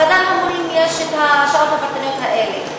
בחדר המורים יש השעות הפרטניות האלה,